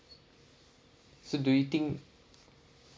so do you think